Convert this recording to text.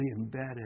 embedded